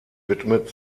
widmet